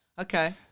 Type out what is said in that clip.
Okay